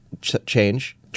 change